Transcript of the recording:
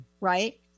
right